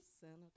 Senator